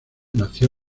nació